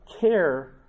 care